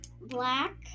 Black